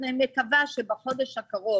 אני מקווה שבחודש הקרוב